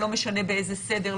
לא משנה באיזה סדר.